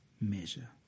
measure